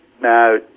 Now